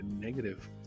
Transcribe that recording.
negative